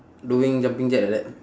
doing jumping jack like that